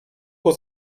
was